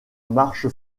marche